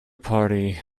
party